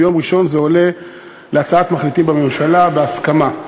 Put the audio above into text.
ביום ראשון זה עולה להצעת מחליטים בממשלה בהסכמה.